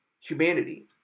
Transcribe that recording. humanity